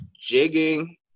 jigging